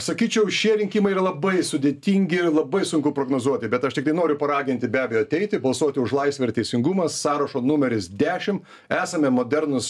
sakyčiau šie rinkimai yra labai sudėtingi ir labai sunku prognozuoti bet aš tiktai noriu paraginti be abejo ateiti balsuoti už laisvę ir teisingumą sąrašo numeris dešim esame modernūs